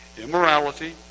immorality